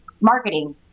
marketing